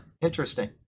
interesting